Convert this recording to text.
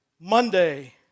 Monday